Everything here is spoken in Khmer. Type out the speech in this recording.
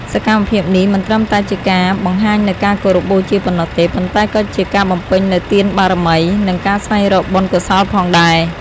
សកម្មភាពនេះមិនត្រឹមតែជាការបង្ហាញនូវការគោរពបូជាប៉ុណ្ណោះទេ ប៉ុន្តែក៏ជាការបំពេញនូវទានបារមី និងការស្វែងរកបុណ្យកុសលផងដែរ។